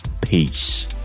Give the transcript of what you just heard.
Peace